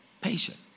patient